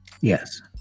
yes